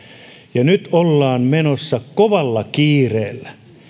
viedään nyt ollaan menossa kovalla kiireellä